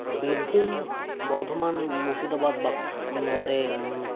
ᱵᱤᱨᱵᱷᱩᱢ ᱵᱚᱨᱫᱷᱚᱢᱟᱱ ᱢᱩᱨᱥᱤᱫᱟᱵᱟᱫᱽ ᱵᱟᱸᱠᱩᱲᱟ ᱱᱚᱛᱮ ᱦᱮᱸ